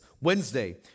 Wednesday